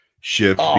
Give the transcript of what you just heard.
shift